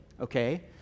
okay